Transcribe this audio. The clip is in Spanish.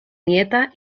nieta